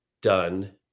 done –